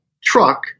truck